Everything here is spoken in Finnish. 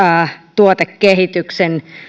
tuotekehityksen